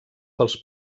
pels